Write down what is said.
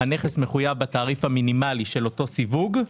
הנכס מחויב בתעריף המינימלי של אותו סיווג.